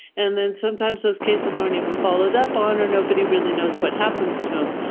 and then sometimes those cases aren't even followed up on or nobody really knows what happens to them.